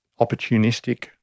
opportunistic